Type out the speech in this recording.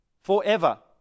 forever